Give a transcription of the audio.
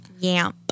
YAMP